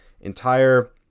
entire